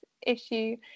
issue